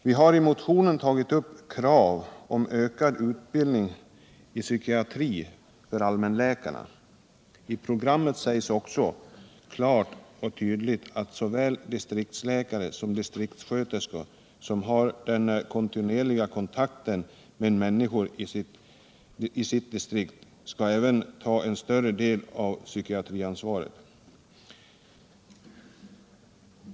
Vi har i motionen tagit upp krav på ökad utbildning i psykiatri för allmänläkarna. I programmet säger man klart och tydligt att såväl distriktsläkare som distriktssköterskor, som har den kontinuerliga kontakten med människorna i sitt distrikt, även skall ta en större del av psykiatriansvaret.